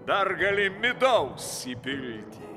dar gali midaus įpilti